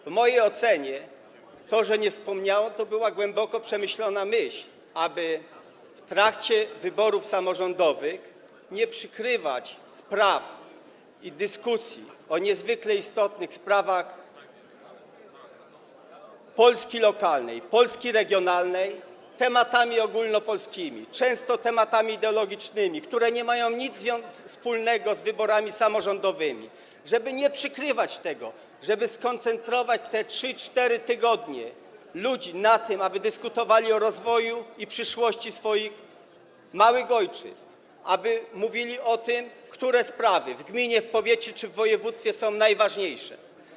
W mojej ocenie to, że nie wspomniano, było wynikiem głęboko przemyślanej myśli, aby w trakcie wyborów samorządowych nie przykrywać spraw i dyskusji o niezwykle istotnych sprawach Polski lokalnej, Polski regionalnej tematami ogólnopolskimi, często tematami ideologicznymi, które nie mają nic wspólnego z wyborami samorządowymi, żeby nie przykrywać tego, żeby skoncentrować ludzi w czasie tych 3, 4 tygodni na tym, aby dyskutowali o rozwoju i przyszłości swoich małych ojczyzn, aby mówili o tym, które sprawy w gminie, w powiecie czy w województwie są najważniejsze.